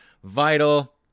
Vital